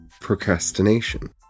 procrastination